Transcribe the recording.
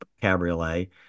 cabriolet